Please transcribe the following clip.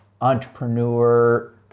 entrepreneur